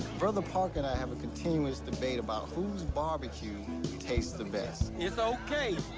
brother parker and i have a continuous debate about who's barbeque tastes the best. it's okay,